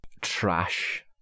trash